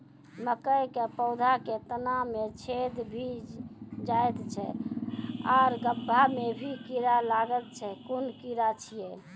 मकयक पौधा के तना मे छेद भो जायत छै आर गभ्भा मे भी कीड़ा लागतै छै कून कीड़ा छियै?